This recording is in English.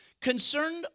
...concerned